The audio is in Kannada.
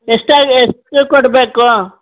ಎಷ್ಟಾಗು ಎಷ್ಟು ಕೊಡಬೇಕು